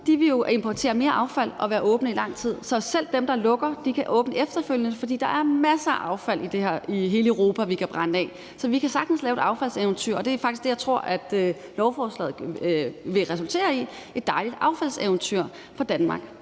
vil jo importere mere affald og være åbne i lang tid. Så selv dem, der lukker, kan åbne efterfølgende, for der er masser af affald i hele Europa, vi kan brænde af. Så vi kan sagtens lave et affaldseventyr, og det er faktisk det, jeg tror lovforslaget vil resultere i, altså et dejligt affaldseventyr for Danmark.